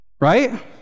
Right